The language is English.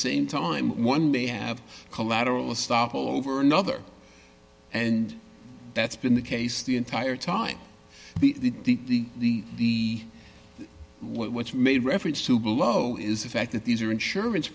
same time one may have collateral estoppel over another and that's been the case the entire time the the the the what's made reference to below is the fact that these are insurance